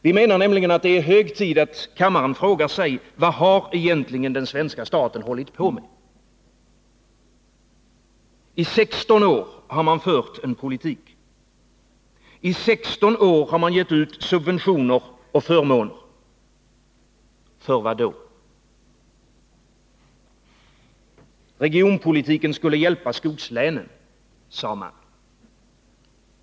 Vi menar nämligen att det är hög tid att kammaren frågar sig: Vad har egentligen den svenska staten hållit på med? I 16 år har man fört en politik. I 16 år har man gett ut subventioner och förmåner. För vad då? Regionpolitiken skulle hjälpa skogslänen, sade man.